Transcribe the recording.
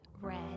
Red